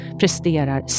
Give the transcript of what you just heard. presterar